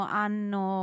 hanno